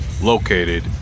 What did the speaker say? located